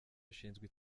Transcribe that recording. ushinzwe